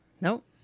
Nope